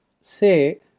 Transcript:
say